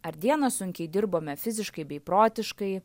ar dieną sunkiai dirbome fiziškai bei protiškai